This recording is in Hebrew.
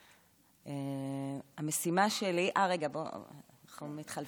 אה, רגע, מתחלפים,